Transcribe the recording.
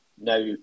now